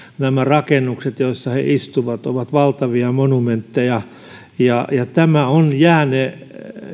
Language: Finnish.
nämä rakennukset joissa he istuvat ovat valtavia monumentteja tämä on jäänne